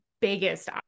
biggest